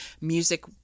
music